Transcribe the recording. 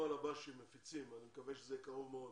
שהם מפיצים, אני מקווה שזה יהיה בקרוב מאוד,